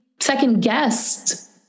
second-guessed